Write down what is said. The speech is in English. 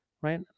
Right